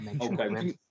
Okay